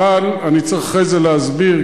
אבל אני צריך אחרי זה להסביר,